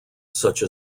such